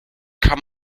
kann